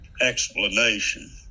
explanation